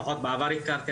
לפחות בעבר הכרתי,